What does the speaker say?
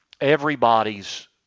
everybody's